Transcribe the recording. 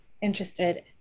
interested